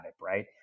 Right